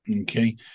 Okay